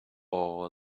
all